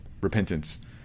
repentance